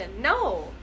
No